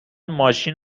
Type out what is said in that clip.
ماشین